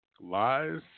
Lies